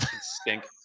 stink